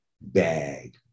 bag